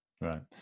Right